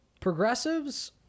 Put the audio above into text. Progressives